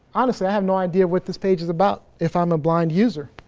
honestly, i have no idea what this page is about if i'm a blind user.